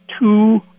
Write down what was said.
two